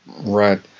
Right